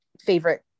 favorite